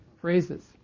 phrases